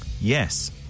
yes